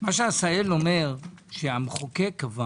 מה שעשהאל אומר שהמחוקק קבע